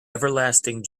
everlasting